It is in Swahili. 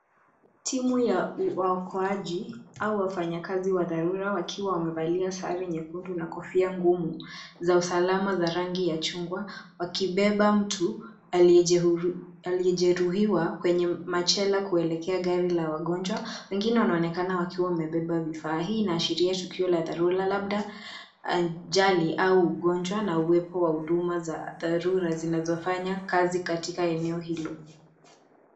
Timu ya uokoaji au wwafanyakazi wa dharura wakiwa wamevalia sare nyekundu na kofia ngumu za usalama za rangi ya chungwa wakibeba mtu aliyejeruhiwa kwenye machela kuelekea gari la wagonjwa. Wengine wanaonekana wakiwa wamebeba vifaa. Hii inaashiria tukio la dharura, labda ajali au ugonjwa na uwepo wa huduma za dharura zinazofanya kazi katika eneo hilo.